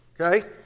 Okay